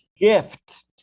gift